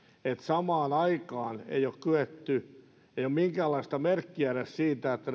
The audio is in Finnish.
että samaan aikaan ei olla kyetty tekemään näitä rakenneuudistuksia ennen kaikkea työmarkkinoilla ei ole minkäänlaista merkkiä edes siitä että